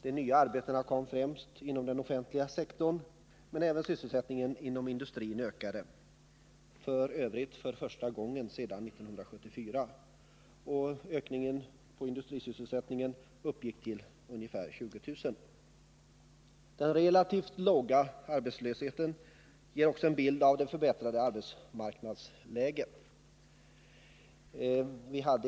De nya arbetena kom främst inom den offentliga sektorn, men även sysselsättningen i industrin ökade — f. ö. för första gången sedan 1974. Ökningen av industrisysselsättningen uppgick till ungefär 20 000. Den relativt låga arbetslösheten ger också en bild av det förbättrade arbetsmarknadsläget.